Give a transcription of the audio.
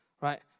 right